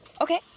okay